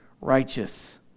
righteous